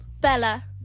Bella